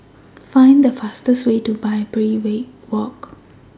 Find The fastest Way to Barbary Walk